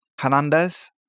Hernandez